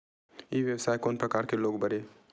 ई व्यवसाय कोन प्रकार के लोग बर आवे?